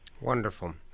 Wonderful